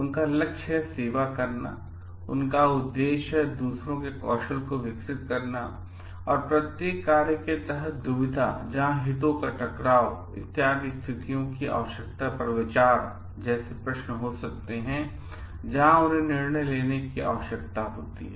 तो उनका लक्ष्य है सेवा करना उनका उद्देश्य है दूसरों के कौशल को विकसित करना और प्रत्येक कार्य के तहत दुविधा जहां हितों के टकराव इत्यादि स्थितियों की आवश्यकता पर विचार जैसे प्रश्न हो सकते हैं जहां उन्हें निर्णय लेने की आवश्यकता होती है